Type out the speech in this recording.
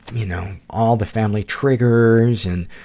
you know, all the family triggers and,